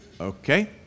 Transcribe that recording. okay